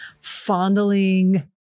fondling